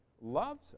loves